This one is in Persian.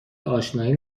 اشنایی